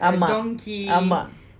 ஆமா ஆமா:ama ama